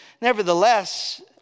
nevertheless